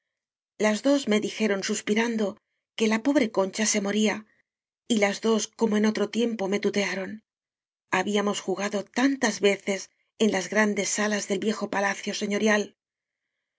las dos me'dijeron suspirando que la pobre concha se mo ría y las dos como en otro tiempo me tutearon habíamos jugado tantas veces en las grandes salas del viejo palacio